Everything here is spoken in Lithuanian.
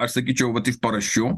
aš sakyčiau vat iš paraščių